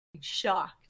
shocked